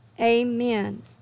amen